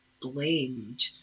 blamed